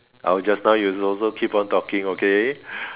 just now you also keep on talking okay